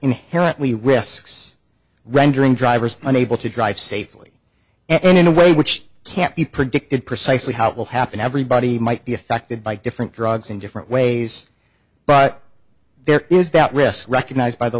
inherently risks rendering drivers unable to drive safely and in a way which can't be predicted precisely how it will happen everybody might be affected by different drugs in different ways but there is that risk recognized by the